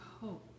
hope